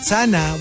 Sana